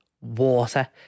water